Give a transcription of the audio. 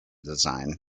design